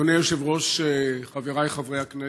אדוני היושב-ראש, חבריי חברי הכנסת,